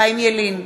חיים ילין,